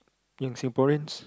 in Singaporeans